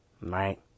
right